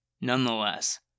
Nonetheless